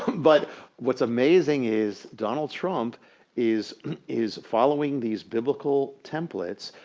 but what's amazing is donald trump is is following these biblical templates.